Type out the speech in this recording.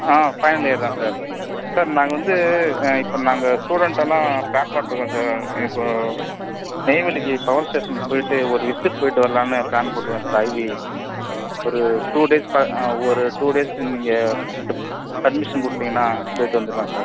ஆ final year தான் sir sir நாங்கள் வந்து இப்போ நாங்கள் ஸ்டூடெண்ட் எல்லாம் ப்ளான் பண்ணியிருக்கோம் சார் இப்போது நெய்வேலிக்கு பவர் ஸ்டேஷன்க்கு போயிட்டு ஒரு விசிட் போயிட்டு வரலான்னு ப்ளான் போட்டுருக்கோம் சார் ஐவி ஒரு டூ டேஸ் ப ஒரு டூ டேஸ் நீங்கள் பர்மிஷன் கொடுத்திங்கன்னா போயிட்டு வந்துடலாம் சார்